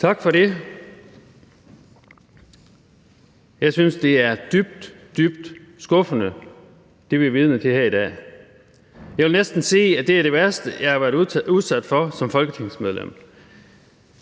Tak for det. Jeg synes, det, vi er vidner til her i dag, er dybt, dybt skuffende. Jeg vil næsten sige, at det er det værste, jeg har været udsat for som folketingsmedlem.